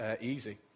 easy